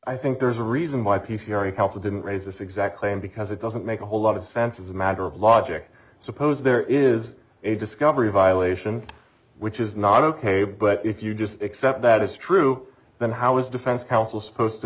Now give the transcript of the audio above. i think there's a reason my piece hearing helps or didn't raise this exact claim because it doesn't make a whole lot of sense as a matter of logic suppose there is a discovery violation which is not ok but if you just accept that is true then how is defense counsel supposed to